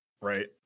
right